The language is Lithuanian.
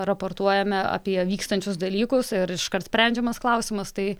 raportuojame apie vykstančius dalykus ir iškart sprendžiamas klausimas tai